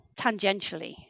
tangentially